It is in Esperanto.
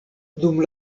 dum